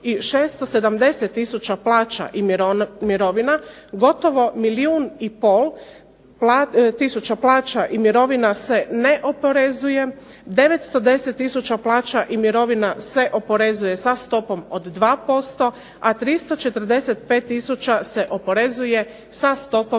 670 tisuća plaća i mirovina gotovo milijun i pol tisuća plaća i mirovina se ne opozeruje, 910 tisuća plaća i mirovina se oporezuje sa stopom od 2%, a 345 tisuća se oporezuje sa stopom od 4%.